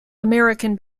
american